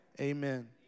Amen